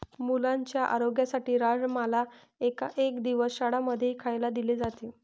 मुलांच्या आरोग्यासाठी राजमाला एक दिवस शाळां मध्येही खायला दिले जाते